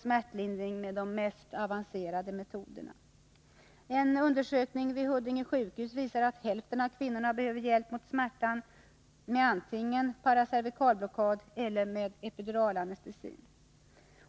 smärtlindring med de mest avancerade metoderna. En undersökning vid Huddinge sjukhus visar att hälften av kvinnorna behöver hjälp mot smärtan med antingen paracervikalblockad eller med epiduralanestesi.